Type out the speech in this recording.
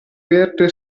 verde